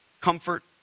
comfort